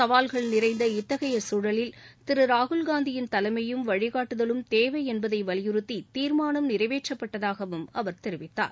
சவால்கள் நிறைந்த இத்தகைய சூழலில் திரு ராகுல்காந்தியின் தலைமையும் வழிகாட்டுதலும் தேவை என்பதை வலியுறுத்தி தீர்மானம் நிறைவேற்றப்பட்டதாகவும் அவர் தெரிவித்தார்